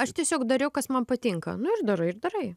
aš tiesiog dariau kas man patinka nu ir darai ir darai